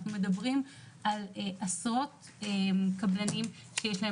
אנחנו מדברים על עשרות קבלנים שיש להם